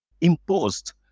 imposed